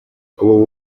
ubu